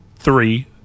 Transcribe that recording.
three